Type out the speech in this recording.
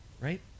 right